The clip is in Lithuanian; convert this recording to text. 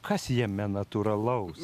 kas jame natūralaus